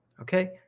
Okay